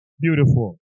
Beautiful